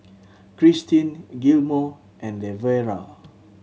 Christin Gilmore and Lavera